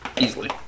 Easily